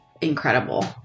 incredible